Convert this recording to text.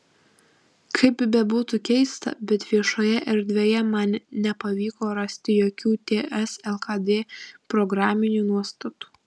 kaip bebūtų keista bet viešoje erdvėje man nepavyko rasti jokių ts lkd programinių nuostatų